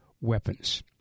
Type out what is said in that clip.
weapons